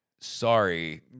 sorry